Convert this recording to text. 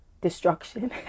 destruction